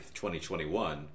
2021